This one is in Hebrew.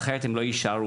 אחרת הם לא יישארו.